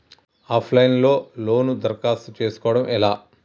Of line లో loan దరఖాస్తు చేసుకోవడం ఎలా?